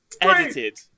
Edited